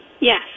Yes